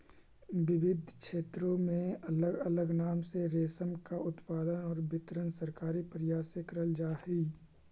विविध क्षेत्रों में अलग अलग नाम से रेशम का उत्पादन और वितरण सरकारी प्रयास से करल जा हई